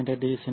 me டி செ